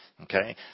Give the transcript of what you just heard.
Okay